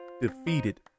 defeated